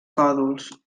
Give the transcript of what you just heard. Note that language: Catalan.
còdols